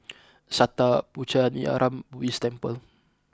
Sattha Puchaniyaram Buddhist Temple